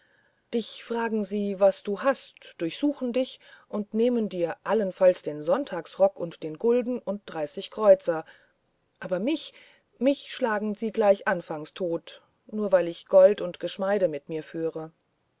dich fragen sie was du hast durchsuchen dich und nehmen dir allenfalls den sonntagsrock und den gulden und dreißig kreuzer aber mich mich schlagen sie gleich anfangs tot nur weil ich gold und geschmeide mit mir führe